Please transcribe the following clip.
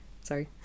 Sorry